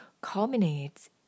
culminates